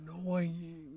annoying